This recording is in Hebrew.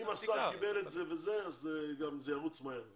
אם השר קיבל את זה אז זה ירוץ מהר.